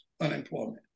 unemployment